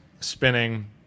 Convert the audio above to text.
spinning